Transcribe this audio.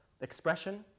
Expression